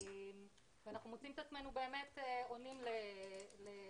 ואנחנו מוצאים את עצמנו באמת עונים לכמויות